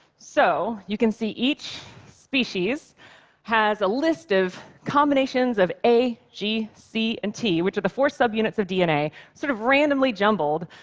so you can see each species has a list of combinations of a, g, c and t, which are the four sub-units of dna, sort of randomly jumbled,